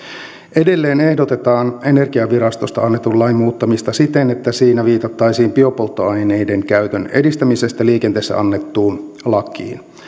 edelleen ehdotetaan energiavirastosta annetun lain muuttamista siten että siinä viitattaisiin biopolttoaineiden käytön edistämisestä liikenteessä annettuun lakiin